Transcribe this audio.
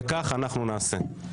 וכך אנחנו נעשה.